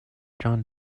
john